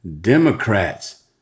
Democrats